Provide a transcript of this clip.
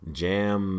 jam